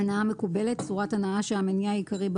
"הנעה מקובלת" צורת הנעה שהמניע העיקרי בה